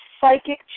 psychic